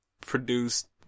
produced